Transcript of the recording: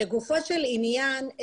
לגופו של עניין.